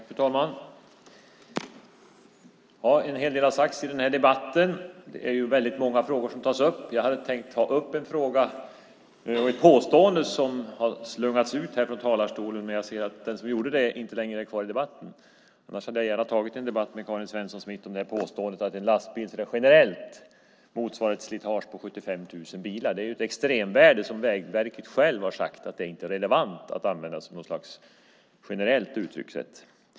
Fru talman! En hel del har sagts i den här debatten. Det är väldigt många frågor som tas upp. Jag hade tänkt ta upp en fråga och ett påstående som har slungats ut här från talarstolen, men jag ser att den som gjorde det inte längre är kvar i debatten. Annars hade jag gärna tagit en debatt med Karin Svensson Smith om påståendet att en lastbil generellt motsvarar ett slitage från 75 000 bilar. Det är ett extremvärde som Vägverket självt har sagt inte är relevant att använda som något slags generellt uttryckssätt.